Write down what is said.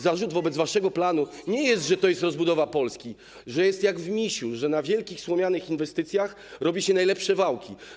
Zarzut wobec waszego planu nie jest taki, że to jest rozbudowa Polski, że jest jak w ˝Misiu˝, że na wielkich słomianych inwestycjach robi się najlepsze wałki.